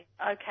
Okay